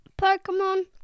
Pokemon